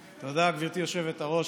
תודה, גברתי היושבת-ראש.